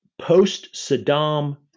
post-Saddam